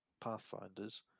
pathfinders